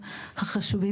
איך זה מתיישב,